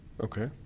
Okay